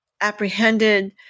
apprehended